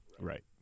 Right